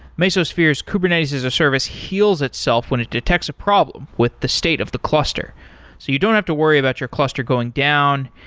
mesosphere's kubernetes as a service heals itself when it detects a problem with the state of the cluster, so you don't have to worry about your cluster going down.